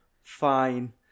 Fine